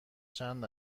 چند